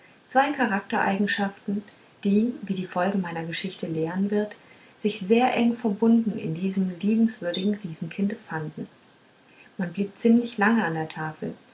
zwei charaktereigenschaften die wie die folge meiner geschichte lehren wird sich sehr eng verbunden in diesem liebenswürdigen riesenkinde fanden man blieb ziemlich lange an der tafel